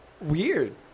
Weird